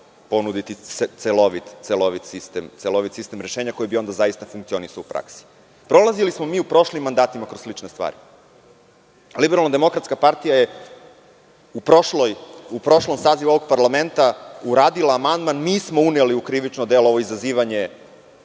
ponuditi celovit sistem rešenja, koji bi onda zaista funkcionisao u praksi. Prolazili smo mi u prošlim mandatima kroz slične stvari, Liberalno demokratska partija je u prošlom sazivu ovog parlamenta uradila amandman, nismo uneli u krivično delo ovo izazivanje